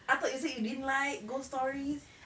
I thought you said you didn't like ghost stories